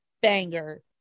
banger